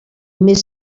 més